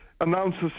announces